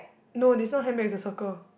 no this not handbag it's a circle